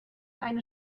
eine